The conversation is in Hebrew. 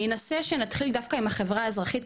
אני אנסה שנתחיל דווקא עם החברה האזרחית,